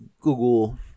Google